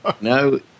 no